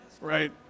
Right